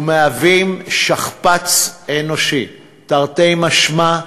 ומהווים שכפ"ץ אנושי, תרתי משמע,